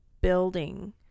building